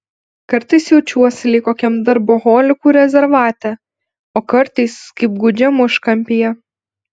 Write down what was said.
kartais jaučiuosi lyg kokiam darboholikų rezervate o kartais kaip gūdžiam užkampyje